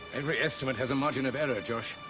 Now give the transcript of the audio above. every estimate has a margin of error, josh.